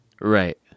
Right